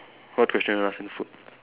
what question you want ask me food